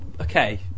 okay